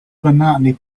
monotony